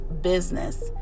business